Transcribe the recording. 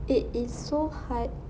it is so hard